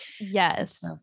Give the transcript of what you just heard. yes